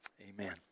Amen